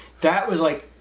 that was like,